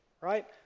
right